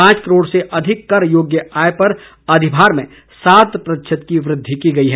पांच करोड़ से अधिक कर योग्य आय पर अधिभार में सात प्रतिशत की वृद्धि की गई है